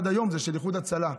עד היום זה של איחוד הצלה.